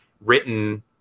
written